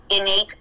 innate